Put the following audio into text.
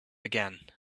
again